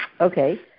Okay